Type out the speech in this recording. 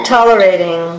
Tolerating